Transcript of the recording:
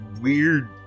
weird